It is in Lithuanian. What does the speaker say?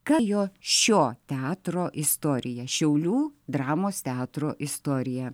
ką jo šio teatro istorija šiaulių dramos teatro istorija